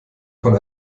von